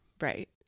Right